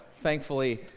thankfully